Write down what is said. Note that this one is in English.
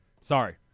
Sorry